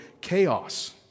chaos